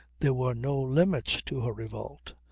there were no limits to her revolt.